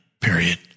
period